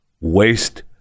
waste